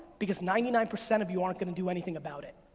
because ninety nine percent of you aren't gonna do anything about it.